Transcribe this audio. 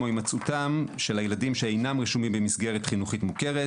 או הימצאותם של הילדים שאינם רשומים במסגרת חינוכית מוכרת,